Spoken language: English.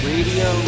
Radio